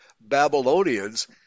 Babylonians